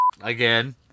Again